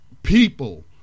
People